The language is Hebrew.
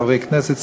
חברי כנסת,